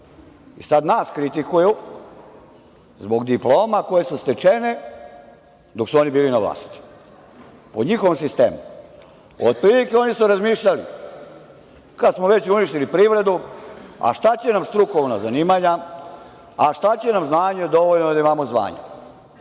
i sada nas kritikuju zbog diploma koje su stečene dok su oni bili na vlasti, po njihovom sistemu. Otprilike, oni su razmišljali, kada smo već uništili privredu, a šta će nam strukovna zanimanja, a šta će nam znanje, dovoljno je samo zvanje.